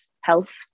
health